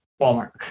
Walmart